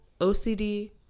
OCD